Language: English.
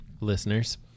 listeners